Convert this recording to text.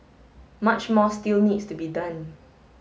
much more still needs to be done